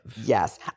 Yes